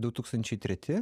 du tūkstančiai treti